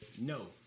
No